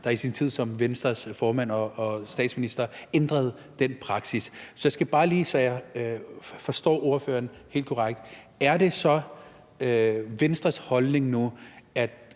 der i sin tid som Venstres formand og statsminister ændrede den praksis. Så jeg skal bare lige, så jeg forstår ordføreren helt korrekt, høre, om det så er Venstres holdning nu,